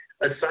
aside